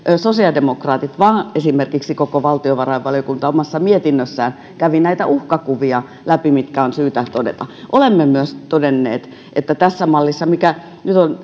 sosiaalidemokraatit vaan esimerkiksi koko valtiovarainvaliokunta omassa mietinnössään kävin näitä uhkakuvia läpi mitkä on syytä todeta olemme myös todenneet että tässä mallissa mikä nyt on